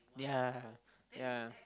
yeah yeah